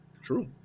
true